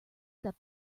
that